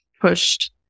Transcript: pushed